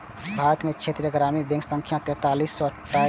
भारत मे क्षेत्रीय ग्रामीण बैंकक संख्या तैंतालीस टा छै